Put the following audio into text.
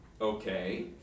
Okay